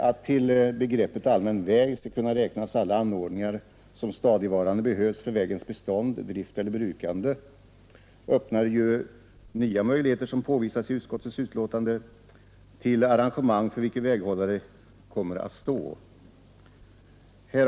Att till begreppet allmän väg skall kunna räknas alla anordningar som stadigvarande behövs för vägens bestånd, drift eller brukande öppnar ju, såsom påvisas i utskottets betänkande, nya möjligheter till arrangemang som väghållaren kommer att stå för.